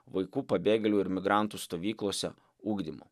vaikų pabėgėlių ir migrantų stovyklose ugdymu